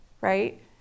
right